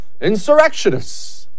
insurrectionists